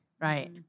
Right